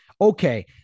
Okay